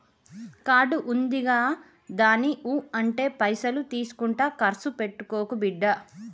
card ఉందిగదాని ఊ అంటే పైసలు తీసుకుంట కర్సు పెట్టుకోకు బిడ్డా